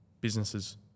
businesses